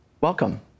Welcome